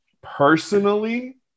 Personally